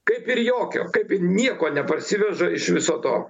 kaip ir jokio kaip ir nieko neparsiveža iš viso to